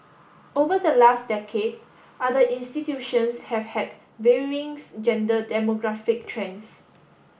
over the last decade other institutions have had varying gender demographic trends